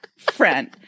Friend